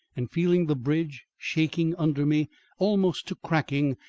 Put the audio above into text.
and feeling the bridge shaking under me almost to cracking,